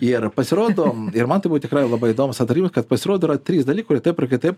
ir pasirodo ir man tai buvo tikrai labai įdomus atradimas kad pasirodo yra trys dalykai kurie taip ir kitaip